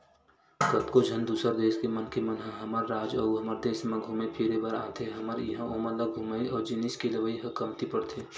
कतको झन दूसर देस के मनखे मन ह हमर राज अउ हमर देस म घुमे फिरे बर आथे हमर इहां ओमन ल घूमई अउ जिनिस के लेवई ह कमती परथे